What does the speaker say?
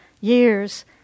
years